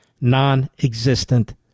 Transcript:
non-existent